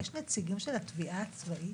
יש נציגים של התביעה הצבאית?